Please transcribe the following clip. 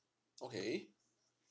okay